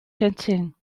shenzhen